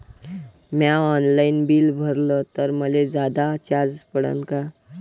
म्या online bill भरलं तर मले जादा चार्ज पडन का?